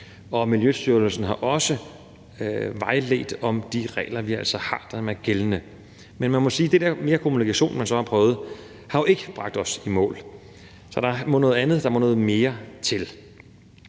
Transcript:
og Miljøstyrelsen har også vejledt om de regler, vi har, og som er gældende. Men man må jo sige, at kommunikationen, man så har prøvet, ikke har bragt os i mål. Så der må noget andet og noget mere til,